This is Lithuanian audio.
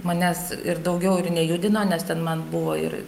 manęs ir daugiau ir nejudino nes ten man buvo ir